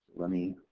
let me,